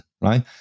Right